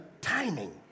timing